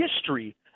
history